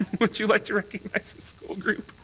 would you like to recognize the school group?